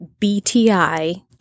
BTI